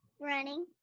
Running